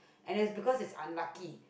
and that is because is unlucky